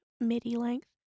midi-length